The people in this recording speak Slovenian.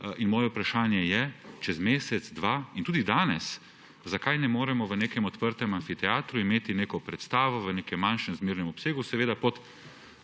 in moje vprašanje je, čez mesec, dva in tudi danes, zakaj ne moremo v nekem odprtem amfiteatru imeti neko predstavo v nekem manjšem, zmernem obsegu, seveda pod